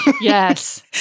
Yes